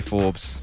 Forbes